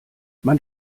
man